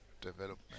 development